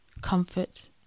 comfort